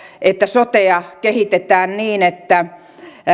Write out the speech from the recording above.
että sotea kehitetään niin että